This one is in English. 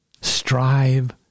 Strive